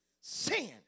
sin